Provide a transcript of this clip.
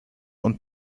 und